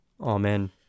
Amen